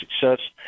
success